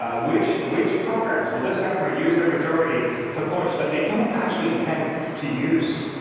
ah which which programs will this government use their majority to push that they don't actually intend to use?